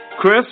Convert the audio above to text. Chris